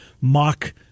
mock